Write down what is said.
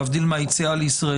להבדיל מהיציאה מישראל,